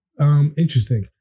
Interesting